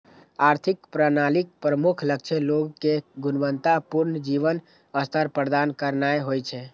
आर्थिक प्रणालीक प्रमुख लक्ष्य लोग कें गुणवत्ता पूर्ण जीवन स्तर प्रदान करनाय होइ छै